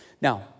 Now